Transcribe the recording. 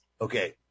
okay